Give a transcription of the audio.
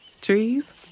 Trees